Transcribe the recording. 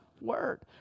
word